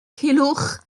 culhwch